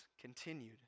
continued